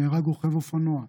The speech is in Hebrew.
נהרג רוכב אופנוע,